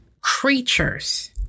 creatures